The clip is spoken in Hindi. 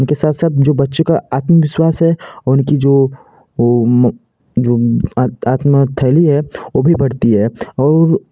उनके साथ साथ जो बच्चों का आत्मविश्वास है उनकी जो वो जो आत्म शैली है वो भी बढ़ती है